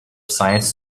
science